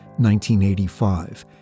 1985